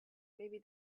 maybe